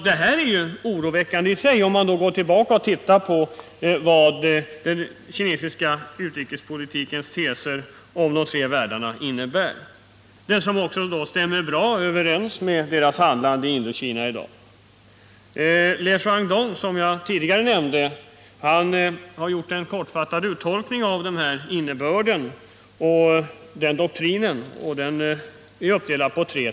Detta blir oroväckande om man tänker på vad den kinesiska utrikespolitikens teser om de tre världarna innebär. Det stämmer bra överens med Kinas handlande i Indokina i dag. Le Xuan Dong har gjort en kortfattad tolkning av innebörden i Kinas utrikespolitiska doktriner.